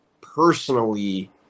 personally